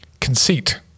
conceit